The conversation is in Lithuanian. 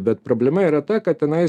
bet problema yra ta kad tenais